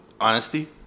Honesty